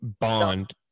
bond